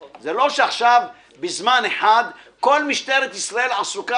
זה לא שבזמן אחד כל משטרת ישראל עסוקה